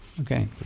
Okay